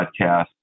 podcast